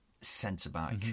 centre-back